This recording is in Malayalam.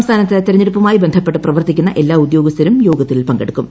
സംസ്ഥാനത്ത് തെരഞ്ഞെടുപ്പുമായി ബന്ധപ്പെട്ട് പ്രവർത്തിക്കുന്ന എല്ലാ ഉദ്യോഗസ്ഥരും യോഗത്തിൽ പങ്കെടുക്കും